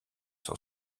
son